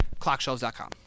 clockshelves.com